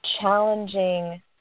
challenging